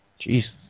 Jeez